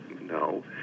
no